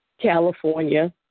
California